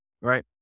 right